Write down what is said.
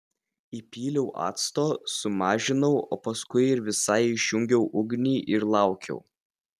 įpyliau acto sumažinau o paskui ir visai išjungiau ugnį ir laukiau